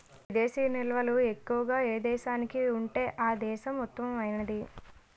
విదేశీ నిల్వలు ఎక్కువగా ఏ దేశానికి ఉంటే ఆ దేశం ఉత్తమమైనది